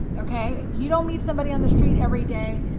okay? you don't meet somebody on the street every day,